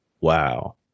Wow